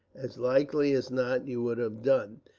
as likely as not you would have done,